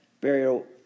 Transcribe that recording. burial